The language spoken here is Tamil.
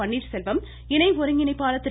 பன்னீர்செல்வம் இணை ஒருங்கிணைப்பாளர் திரு